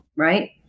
Right